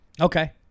Okay